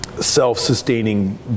self-sustaining